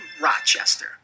Rochester